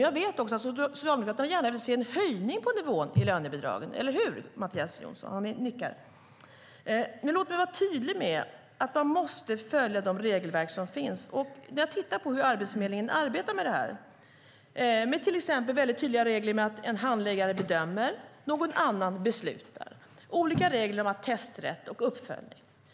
Jag vet också att Socialdemokraterna gärna vill se en höjning av nivån i lönebidragen, eller hur Mattias Jonsson? Han nickar. Men låt mig vara tydlig med att man måste följa de regelverk som finns. Arbetsförmedlingen arbetar med väldigt tydliga regler. Till exempel är det så att en handläggare bedömer och någon annan beslutar. Olika regler för attesträtt och uppföljning.